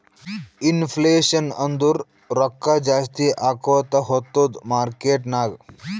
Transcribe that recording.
inflation ಅಂದುರ್ ರೊಕ್ಕಾ ಜಾಸ್ತಿ ಆಕೋತಾ ಹೊತ್ತುದ್ ಮಾರ್ಕೆಟ್ ನಾಗ್